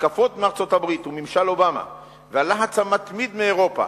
ההתקפות מארצות-הברית וממשל אובמה והלחץ המתמיד מאירופה